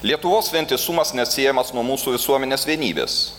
lietuvos vientisumas neatsiejamas nuo mūsų visuomenės vienybės